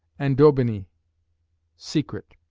and daubiny secret.